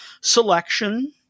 selection